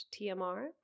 tmr